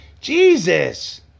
Jesus